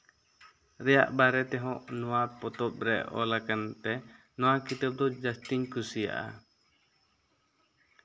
ᱨᱮᱭᱟᱜ ᱵᱟᱨᱮ ᱛᱮ ᱦᱚᱸ ᱱᱚᱣᱟ ᱯᱚᱛᱚᱵ ᱨᱮ ᱚᱞ ᱟᱠᱟᱱ ᱛᱮ ᱱᱚᱣᱟ ᱠᱤᱛᱟᱹᱵ ᱫᱚ ᱡᱟᱹᱥᱛᱤᱧ ᱠᱩᱥᱤᱭᱟᱜᱼᱟ